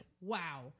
Wow